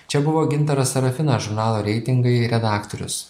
čia buvo gintaras serafinas žurnalo reitingai redaktorius